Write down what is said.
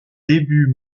début